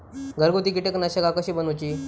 घरगुती कीटकनाशका कशी बनवूची?